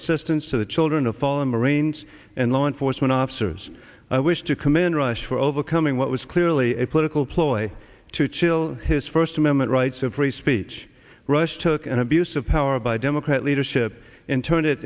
assistance to the children of fallen marines and law enforcement officers i wish to commend rush for overcoming what was clearly a political ploy to chill his first amendment rights of free speech rush took an abuse of power by democrat leadership in turn it